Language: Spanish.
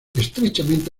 estrechamente